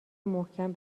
محکم